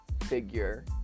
figure